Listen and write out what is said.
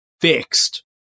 fixed